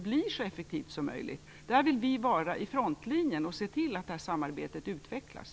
Vi vill i det avseendet vara vid frontlinjen och se till att detta samarbete utvecklas.